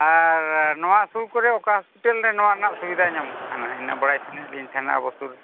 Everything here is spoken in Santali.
ᱟᱨ ᱱᱚᱣᱟ ᱥᱩᱨ ᱠᱚᱨᱮ ᱚᱠᱟ ᱦᱚᱸᱥᱯᱤᱴᱟᱞ ᱨᱮ ᱱᱚᱣᱟ ᱨᱮᱱᱟᱜ ᱥᱩᱵᱤᱫᱷᱟ ᱧᱟᱢᱚᱜ ᱠᱟᱱᱟ ᱤᱱᱟᱹ ᱵᱟᱲᱟᱭ ᱥᱟᱱᱟᱭᱮᱫ ᱞᱤᱧ ᱛᱟᱦᱮᱱᱟ ᱟᱵᱚ ᱥᱩᱨ